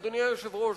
אדוני היושב-ראש,